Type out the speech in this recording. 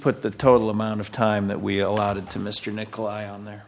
put the total amount of time that we allowed to mr nicholai on there